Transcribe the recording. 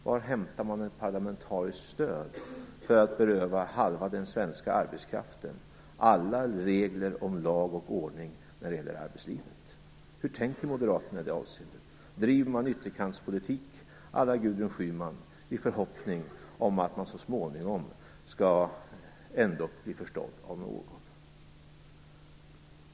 Var hämtar man ett parlamentariskt stöd för att beröva halva den svenska arbetskraften alla regler om lag och ordning när det gäller arbetslivet? Hur tänker moderaterna i det avseendet? Driver man ytterkantspolitik à la Gudrun Schyman i förhoppning om att man så småningom ändå skall bli förstådd av någon?